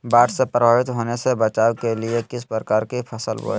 बाढ़ से प्रभावित होने से बचाव के लिए किस प्रकार की फसल बोए?